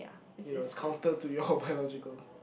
you know it's counter to your biological